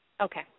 Okay